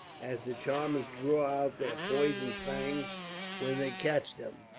as the charmers draw out their poison fangs when they catch them.